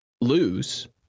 lose